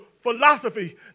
philosophy